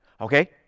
okay